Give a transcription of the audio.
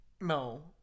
No